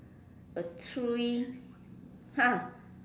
a three !huh!